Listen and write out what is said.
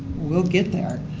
will get there,